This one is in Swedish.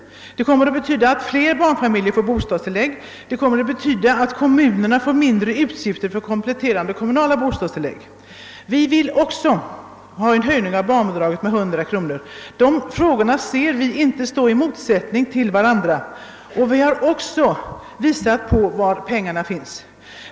Detta kommer att innebära att flera barnfamiljer får bostadstillägg och bättre bostadstillägg och att kommunerna får mindre utgifter för kompletterande kommunala bostadstilllägg. Vi vill dessutom också ha en höjning av barnbidraget med 100 kronor. Dessa frågor står enligt vår mening inte i motsatsställning, och vi har visat var pengar kan anskaffas.